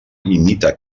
imita